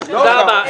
תודה רבה.